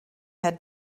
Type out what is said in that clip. had